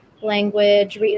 Language